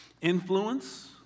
influence